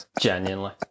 Genuinely